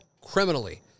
criminally